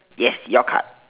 yes your card